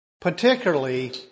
Particularly